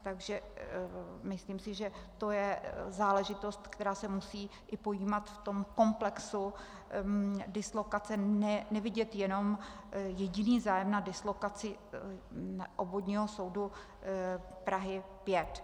Takže myslím, že to je záležitost, která se musí pojímat i v tom komplexu dislokace, nevidět jenom jediný zájem na dislokaci Obvodního soudu Prahy 5.